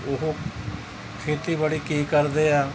ਉਹ ਖੇਤੀਬਾੜੀ ਕੀ ਕਰਦੇ ਆ